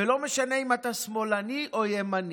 ולא משנה אם אתה שמאלני או ימני.